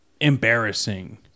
embarrassing